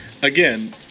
Again